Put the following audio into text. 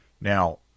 Now